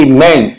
Amen